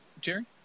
Jerry